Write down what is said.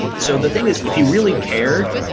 so, the thing is if you really cared,